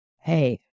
hey